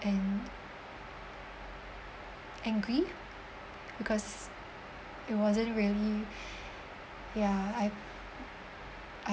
and angry because it wasn't really ya I I